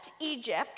Egypt